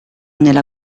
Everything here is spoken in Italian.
nella